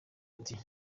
ati